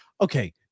okay